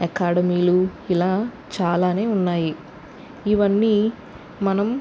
అకాడమీలు ఇలా చాలానే ఉన్నాయి ఇవన్నీ మనం